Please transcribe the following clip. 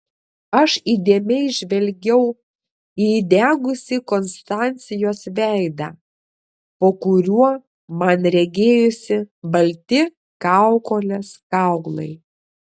aš įdėmiai žvelgiau į įdegusį konstancijos veidą po kuriuo man regėjosi balti kaukolės kaulai